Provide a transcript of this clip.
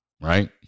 right